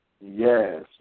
Yes